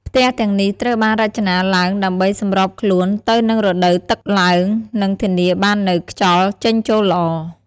ផ្ទះទាំងនេះត្រូវបានរចនាឡើងដើម្បីសម្របខ្លួនទៅនឹងរដូវទឹកឡើង និងធានាបាននូវខ្យល់ចេញចូលល្អ។